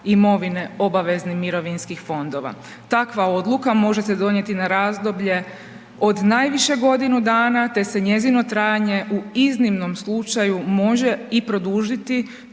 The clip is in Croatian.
imovine obaveznih mirovinskih fondova. Takva odluka može se donijeti na razdoblje od najviše godinu dana te se njezino trajanje u iznimnom slučaju može i produžiti